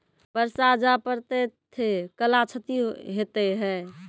बरसा जा पढ़ते थे कला क्षति हेतै है?